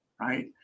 right